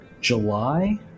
July